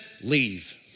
Leave